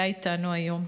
היה איתנו היום.